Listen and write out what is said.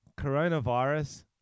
Coronavirus